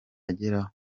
ageraho